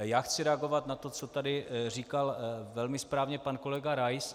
Já chci reagovat na to, co tady říkal velmi správně pan kolega Rais.